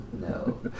No